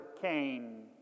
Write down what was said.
Cain